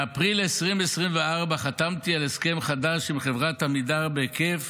באפריל 2024 חתמתי על הסכם חדש עם חברת עמידר בהיקף